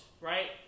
right